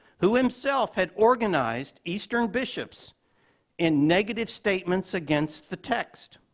who himself had organized eastern bishops in negative statements against the text.